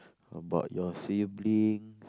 about your sibling